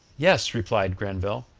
yes, replied grenville,